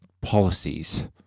policies